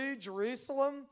Jerusalem